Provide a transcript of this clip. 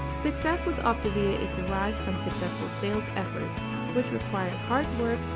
success with optavia is derived from successful sales efforts which require hard work,